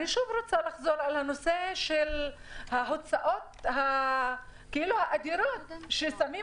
אני שוב רוצה לחזור על הנושא של ההוצאות האדירות ששמים